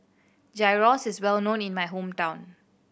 gyros is well known in my hometown